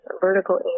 vertical